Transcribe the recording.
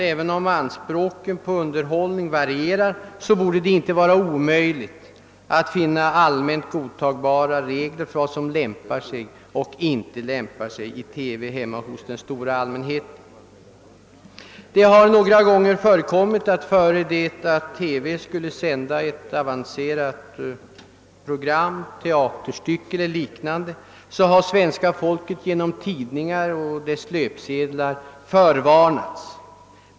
Även om anspråken på underhållning varierar anser jag att det inte borde vara omöjligt att uppställa allmänt godtagbara regler för vad som lämpar sig och inte lämpar sig att visa i TV för den stora allmänheten. Det har några gånger förekommit att innan TV sänt ett avancerat program, t.ex. ett teaterstycke eller liknande, har svenska folket i pressen och på tidningarnas löpsedlar förvarnats.